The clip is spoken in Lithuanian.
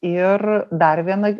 ir dar viena